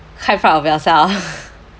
high five of yourself